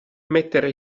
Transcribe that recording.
mettere